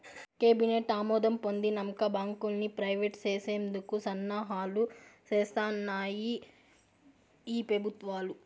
cabinet ఆమోదం పొందినంక బాంకుల్ని ప్రైవేట్ చేసేందుకు సన్నాహాలు సేస్తాన్నాయి ఈ పెబుత్వాలు